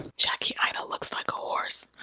and jackie aina looks like a horse.